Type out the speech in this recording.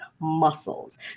muscles